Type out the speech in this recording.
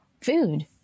food